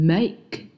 Make